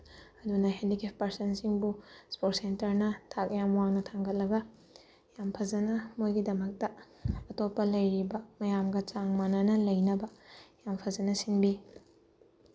ꯑꯗꯨꯅ ꯍꯦꯟꯗꯤꯀꯦꯞ ꯄꯔꯁꯟꯁꯤꯡꯕꯨ ꯏꯁꯄꯣꯔꯠ ꯁꯦꯟꯇꯔꯅ ꯊꯥꯛ ꯌꯥꯝ ꯋꯥꯡꯅ ꯊꯥꯡꯒꯠꯂꯒ ꯌꯥꯝ ꯐꯖꯅ ꯃꯣꯏꯒꯤꯗꯃꯛꯇ ꯑꯇꯣꯞꯄ ꯂꯩꯔꯤꯕ ꯃꯌꯥꯝꯒ ꯆꯥꯡ ꯃꯥꯟꯅꯅ ꯂꯩꯅꯕ ꯌꯥꯝ ꯐꯖꯅ ꯁꯤꯟꯕꯤ